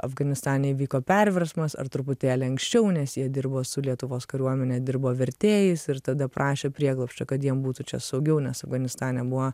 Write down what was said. afganistane įvyko perversmas ar truputėlį anksčiau nes jie dirbo su lietuvos kariuomene dirbo vertėjais ir tada prašė prieglobsčio kad jiem būtų čia saugiau nes afganistane buvo